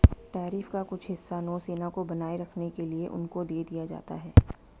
tariff का कुछ हिस्सा नौसेना को बनाए रखने के लिए उनको दे दिया जाता है